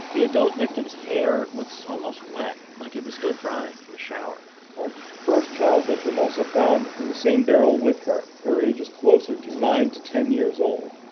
the adult victim's hair looks almost wet, like it was still drying from a shower our first child victim, also found in the same barrel with her, her age is closer to nine to ten years old.